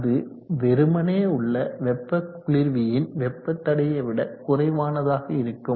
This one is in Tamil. அது வெறுமனே உள்ள வெப்ப குளிர்வியின் வெப்ப தடையை விட குறைவானதாக இருக்கும்